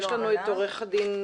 יש לנו את עורכת הדין